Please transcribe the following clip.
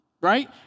right